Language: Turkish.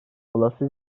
olası